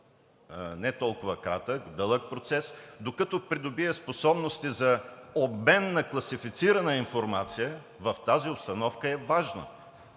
не толкова кратък процес, дълъг процес, докато се придобият способности за обмен на класифицирана информация в тази обстановка. Именно